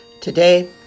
Today